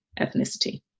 ethnicity